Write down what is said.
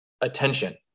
attention